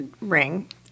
ring